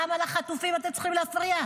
גם על החטופים אתם צריכים להפריע?